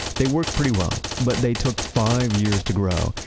they worked pretty well, but they took five years to grow.